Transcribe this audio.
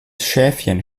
schäfchen